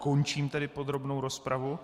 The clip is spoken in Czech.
Končím podrobnou rozpravu.